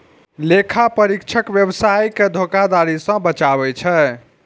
लेखा परीक्षक व्यवसाय कें धोखाधड़ी सं बचबै छै